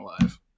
alive